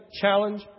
challenge